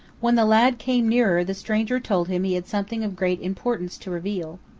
when the lad came near, the stranger told him he had something of great importance to reveal.